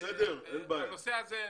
בנושא הזה,